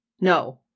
No